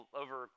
over